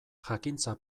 jakintza